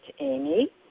Amy